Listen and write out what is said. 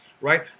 right